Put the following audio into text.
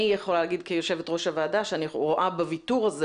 אני יכולה להגיד כיו"ר הוועדה שאני רואה בוויתור הזה,